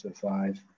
five